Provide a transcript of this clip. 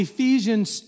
Ephesians